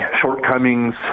shortcomings